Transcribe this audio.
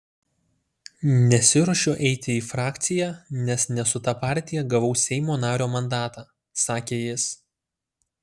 nesiruošiu eiti į frakciją nes ne su ta partija gavau seimo nario mandatą sakė jis